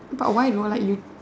but why though like you